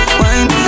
wine